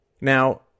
Now